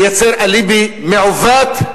מייצר אליבי מעוות,